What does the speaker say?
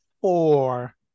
four